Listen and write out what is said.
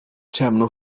terminal